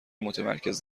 متمرکز